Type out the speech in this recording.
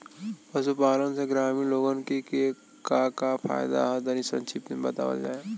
पशुपालन से ग्रामीण लोगन के का का फायदा ह तनि संक्षिप्त में बतावल जा?